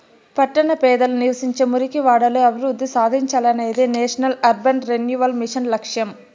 పట్టణ పేదలు నివసించే మురికివాడలు అభివృద్ధి సాధించాలనేదే నేషనల్ అర్బన్ రెన్యువల్ మిషన్ లక్ష్యం